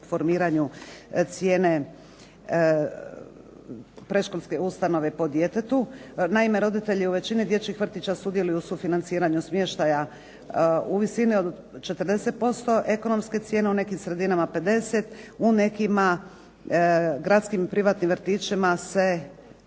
formiranju cijene predškolske ustanove po djetetu. Naime, roditelji u većini dječjih vrtića sudjeluju u financiranju smještaja u visini od 40% ekonomske cijene, u nekim sredinama 50, u nekima gradskim i privatnim vrtićima se